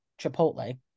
chipotle